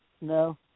No